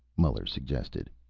muller suggested.